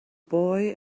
boy